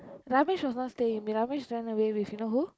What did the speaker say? Ramesh was not staying with me Ramesh run away with you know who